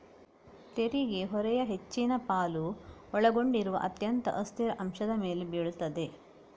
ತೆರಿಗೆ ಹೊರೆಯ ಹೆಚ್ಚಿನ ಪಾಲು ಒಳಗೊಂಡಿರುವ ಅತ್ಯಂತ ಅಸ್ಥಿರ ಅಂಶದ ಮೇಲೆ ಬೀಳುತ್ತದೆ